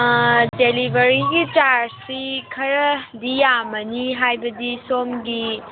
ꯗꯦꯂꯤꯚꯔꯤꯒꯤ ꯆꯥꯔꯆꯁꯤ ꯈꯔꯗꯤ ꯌꯥꯝꯃꯅꯤ ꯍꯥꯏꯕꯗꯤ ꯁꯣꯝꯒꯤ